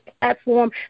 platform